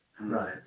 Right